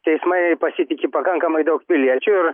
teismai pasitiki pakankamai daug piliečių ir